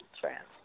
trans